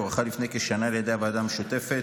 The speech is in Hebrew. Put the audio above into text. והוארכה לפני כשנה על ידי הוועדה המשותפת